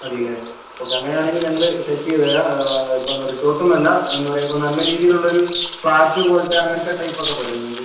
മതി അല്ലേ ഓക്കെ അങ്ങനെ ആണെങ്കിൽ ഞങ്ങൾ സെറ്റ് ചെയ്ത് തരാം ഇപ്പം എന്താ റിസോർട്ടെന്നല്ല എന്താ പറയാ ഇപ്പം നല്ല രീതിയിൽ ഉള്ളൊരു ഫ്ലാറ്റ് പോലത്ത അങ്ങനത്ത ടൈപ്പ് ഒക്കെ പോരെ നിങ്ങൾക്ക്